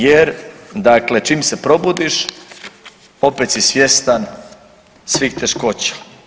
Jer dakle čim se probudiš opet si svjestan svih teškoća.